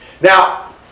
Now